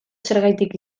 zergatik